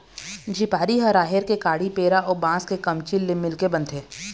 झिपारी ह राहेर के काड़ी, पेरा अउ बांस के कमचील ले मिलके बनथे